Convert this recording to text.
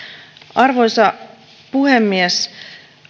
arvoisa puhemies